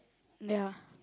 ya